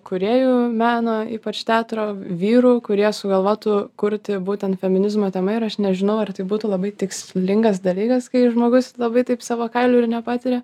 kūrėjų meno ypač teatro vyrų kurie sugalvotų kurti būtent feminizmo tema ir aš nežinau ar tai būtų labai tikslingas dalykas kai žmogus labai taip savo kailiu ir nepatiria